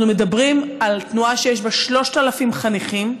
אנחנו מדברים על תנועה שיש בה 3,000 חניכים.